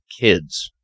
kids